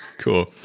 cool.